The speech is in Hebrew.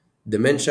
dementia"